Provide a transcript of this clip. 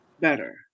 better